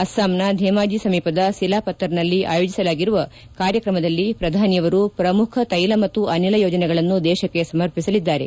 ಅಸ್ತಾಂನ್ ಧೇಮಾಜಿ ಸಮೀಪದ ಸಿಲಾಪತರ್ನಲ್ಲಿ ಆಯೋಜಿಸಲಾಗಿರುವ ಕಾರ್ಯಕ್ರಮದಲ್ಲಿ ಪ್ರಧಾನಿಯವರು ಪ್ರಮುಖ ತೈಲ ಮತ್ತು ಅನಿಲ ಯೋಜನೆಗಳನ್ನು ದೇಶಕ್ಕೆ ಸಮರ್ಪಿಸಲಿದ್ದಾರೆ